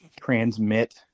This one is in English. transmit